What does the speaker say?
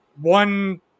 one